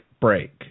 break